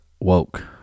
woke